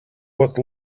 what